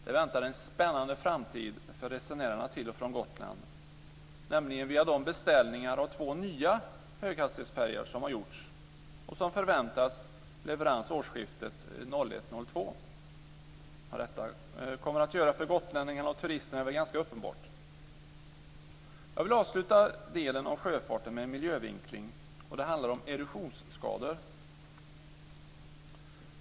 Det väntar en spännande framtid för resenärerna till och från Gotland, nämligen via de beställningar av två nya höghastighetsfärjor som har gjorts. Leverans förväntas till årsskiftet 2001/02. Vad detta kommer att göra för gotlänningarna och turisterna är väl ganska uppenbart. Jag vill avsluta delen om sjöfarten med en miljövinkling, och det handlar om erosionsskador.